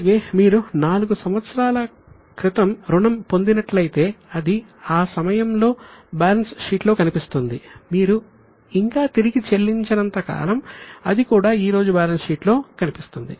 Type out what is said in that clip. అలాగే మీరు 4 సంవత్సరాల క్రితం రుణం పొందినట్లయితే అది ఆ సమయంలో బ్యాలెన్స్ షీట్లో కనిపిస్తుంది మీరు ఇంకా తిరిగి చెల్లించనంత కాలం అది కూడా ఈ రోజు బ్యాలెన్స్ షీట్లో కనిపిస్తుంది